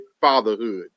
Fatherhood